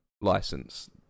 license